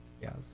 yes